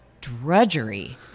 drudgery